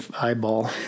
eyeball